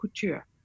couture